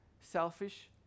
selfish